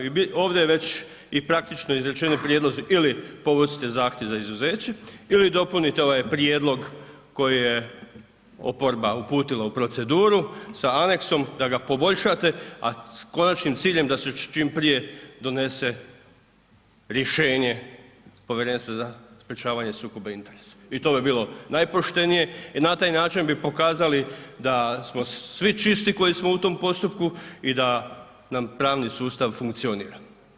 Ovdje je već i praktično izrečeni prijedlozi ili povucite zahtjev za izuzeće ili dopunite ovaj prijedlog koji je oporba uputila u proceduru sa aneksom da ga poboljšate s konačnim ciljem da se čim prije donese rješenje Povjerenstva za sprječavanje sukoba interesa i to bi bilo najpoštenije i na taj način bi pokazali da smo svi čisti koji smo u tom postupku i da nam pravni sustav funkcionira.